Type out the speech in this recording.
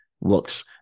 looks